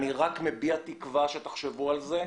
אני מביע תקווה שתחשבו על זה,